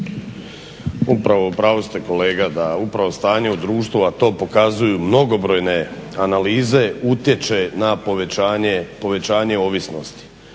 U pravu ste kolega da upravo stanje u društvu, a to pokazuju mnogobrojne analize utječe na povećanje ovisnosti.